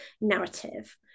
narrative